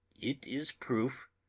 it is proof,